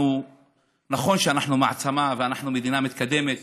נכון שאנחנו מעצמה ואנחנו מדינה מתקדמת